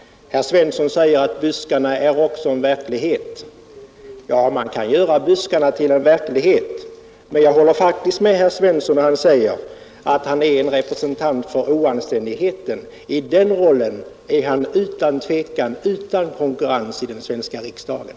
Herr Svensson säger att buskarna är också en verklighet. Ja, man kan göra buskarna till en verklighet. Men jag håller faktiskt med herr Svensson när han säger att han är en representant för oanständigheten. I den rollen är han otvivelaktigt utan konkurrens i den svenska riksdagen.